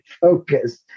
focus